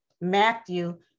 Matthew